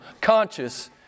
conscious